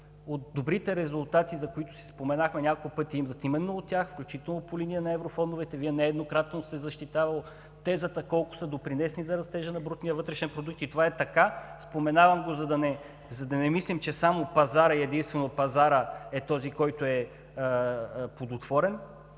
от добрите резултати, за които се спомена няколко пъти, идват именно от тях, включително по линия на еврофондовете. Вие нееднократно сте защитавал тезата колко са допринесли за растежа на брутния вътрешен продукт. И това е така. Споменавам го, за да не мислим, че само пазарът и единствено пазарът е този, който е плодотворен,